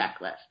checklist